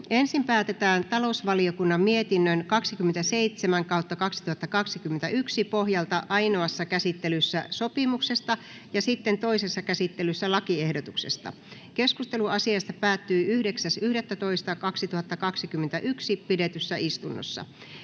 Ensin päätetään talousvaliokunnan mietinnön TaVM 27/2021 vp pohjalta ainoassa käsittelyssä sopimuksesta ja sitten toisessa käsittelyssä lakiehdotuksesta. Keskustelu asiasta päättyi 9.11.2021 pidetyssä täysistunnossa.